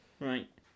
Right